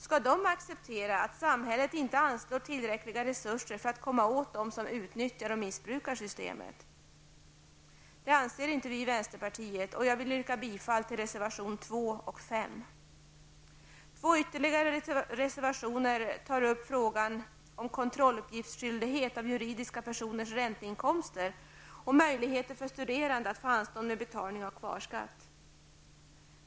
Skall de acceptera att samhället inte anslår tillräckliga resurser för att komma åt de som utnyttjar och missbrukar systemet? Vi i vänsterpartiet anser inte det. Jag vill yrka bifall till reservationerna nr 2 och 5. Två ytterligare reservationer tar upp frågan om kontrolluppgiftsskyldighet när det gäller juridiska personers ränteinkomster och möjligheter för studerande att få anstånd med betalning av kvarskatt.